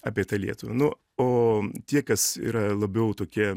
apie lietuvą nu o tie kas yra labiau tokie